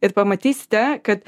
ir pamatysite kad